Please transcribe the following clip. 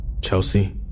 Chelsea